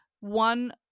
one